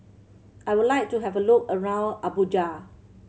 I would like to have a look around Abuja